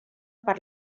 per